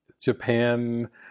Japan